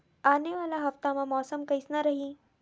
आने वाला हफ्ता मा मौसम कइसना रही?